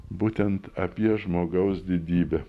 būtent apie žmogaus didybę